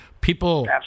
people –